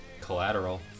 Collateral